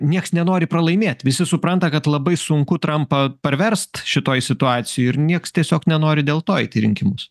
nieks nenori pralaimėt visi supranta kad labai sunku trampą parverst šitoj situacijoj ir nieks tiesiog nenori dėl to eit į rinkimus